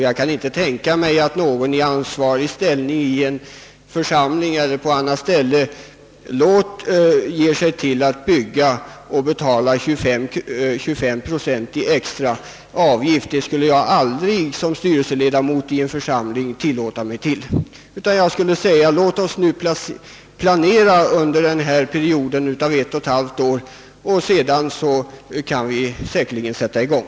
Jag kan inte tänka mig att någon i ansvarig ställning i en församling eller annorstädes ger sig till att bygga, om han skall betala 25 procent i extra avgift. Det skulle jag som styrelseledamot i en församling aldrig tillåta mig, utan jag skulle säga: Låt oss nu planera under denna period om ett och ett halvt år, och sedan kan vi säkerligen sätta i gång!